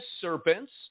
serpents